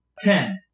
Ten